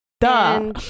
Duh